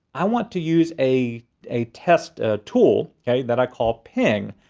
i want to use a a test ah tool, okay, that i call ping.